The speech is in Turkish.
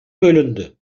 bölündü